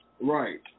right